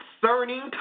concerning